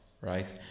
right